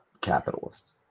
capitalist